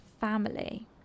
family